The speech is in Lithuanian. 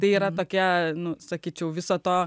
tai yra tokia nu sakyčiau viso to